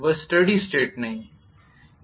वह steady state नहीं है